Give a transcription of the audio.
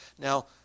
Now